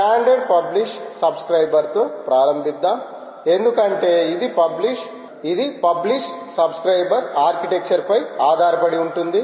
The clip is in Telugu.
స్టాండర్డ్ పబ్లిష్ సబ్స్క్రయిబ్ తో ప్రారంభిద్దాం ఎందుకంటే ఇది పబ్లిష్ సబ్స్క్రయిబ్ ఆర్కిటెక్చర్ పై ఆధారపడి ఉంటుంది